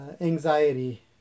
anxiety